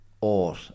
ought